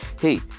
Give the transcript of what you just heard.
hey